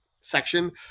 section